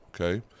okay